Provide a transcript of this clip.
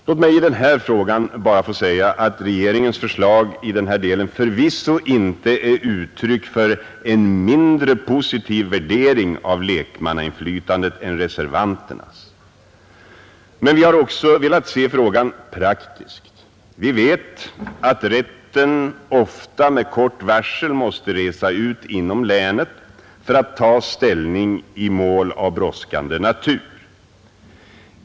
Låt mig i denna fråga bara få säga att regeringens förslag i denna del förvisso inte är uttryck för en mindre positiv värdering av lekmannainflytandet än reservanternas. Men vi har också velat se frågan praktiskt. Vi vet att rätten ofta med kort varsel måste resa ut inom länet för att ta ställning i mål av brådskande natur.